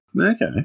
Okay